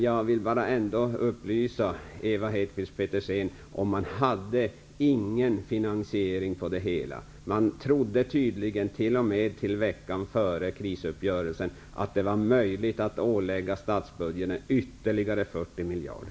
Jag vill ändå bara upplysa Ewa Hedkvist Petersen om att man inte hade någon finansiering av det hela. Man trodde t.o.m. veckan före krisuppgörelsen att det var möjligt att belasta statsbudgeten med ytterligare 40 miljarder.